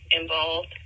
involved